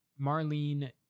Marlene